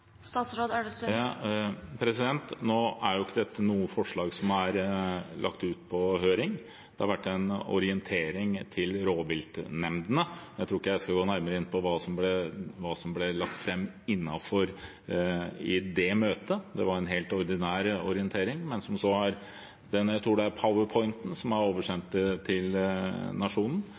Nå er jo ikke dette noe forslag som er lagt ut på høring. Det har vært en orientering til rovviltnemndene. Jeg tror ikke jeg skal gå nærmere inn på hva som ble lagt fram i det møtet. Det var en helt ordinær orientering, men den – jeg tror det var powerpointen – er så oversendt til Nationen. Men det dette handler om, er hva som er